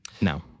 No